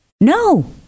No